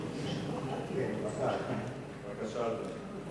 בבקשה, אדוני.